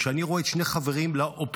כשאני רואה שני חברים לאופוזיציה,